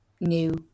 new